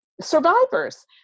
Survivors